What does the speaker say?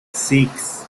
six